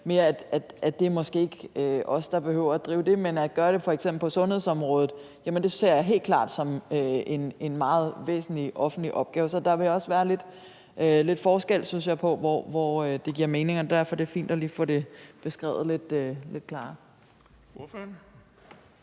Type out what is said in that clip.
at det måske ikke er os, der behøver at drive det. Men at gøre det på f.eks. sundhedsområdet ser jeg helt klart som en meget væsentlig offentlig opgave. Så der vil også være lidt forskel, synes jeg, på, hvor det giver mening. Derfor er det fint lige at få det beskrevet lidt klarere.